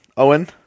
Owen